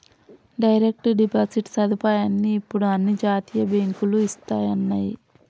direct deposit సదుపాయాన్ని ఇప్పుడు అన్ని జాతీయ బ్యేంకులూ ఇస్తన్నయ్యి